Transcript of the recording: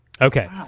okay